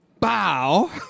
Bow